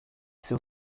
seu